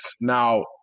Now